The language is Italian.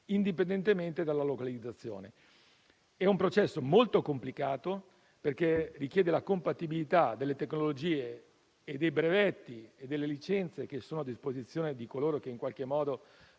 indipendentemente dalla localizzazione. È un processo molto complicato, perché richiede la compatibilità delle tecnologie, dei brevetti e delle licenze che sono a disposizione delle aziende che sono